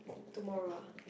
tomorrow ah